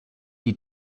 die